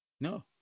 No